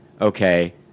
okay